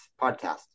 podcast